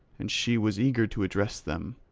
and she was eager to address them.